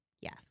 Yes